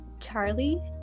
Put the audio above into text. Charlie